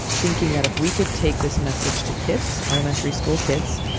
thinking that if we could take this message to kids, elementary school kids,